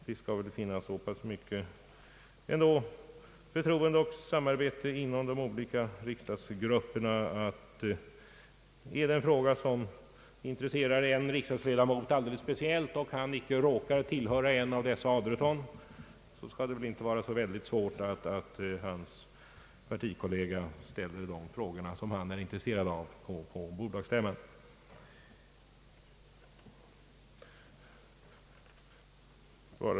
Det skall väl ändå finnas så pass mycket förtroende och samarbete inom de olika riksdagsgrupperna att om en riksdagsledamot som inte tillhör dessa 18 är särskilt intresserad av en fråga skall hans partikollega kunna framställa de önkade frågorna på bolagsstämman.